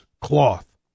cloth